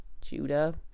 Judah